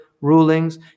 rulings